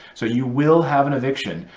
so you will have an eviction.